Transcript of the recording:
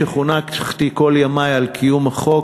שחונכתי כל ימי על קיום החוק,